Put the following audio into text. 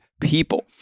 people